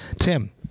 Tim